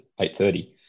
8.30